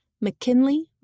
McKinley